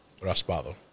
raspado